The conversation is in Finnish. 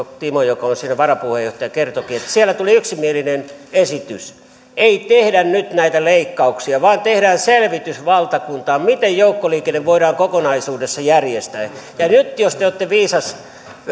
joka on siinä varapuheenjohtajana kertoikin että siellä tuli yksimielinen esitys ei tehdä nyt näitä leikkauksia vaan tehdään selvitys valtakuntaan miten joukkoliikenne voidaan kokonaisuudessaan järjestää ja nyt jos te te olette viisas